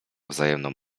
wzajemną